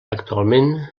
actualment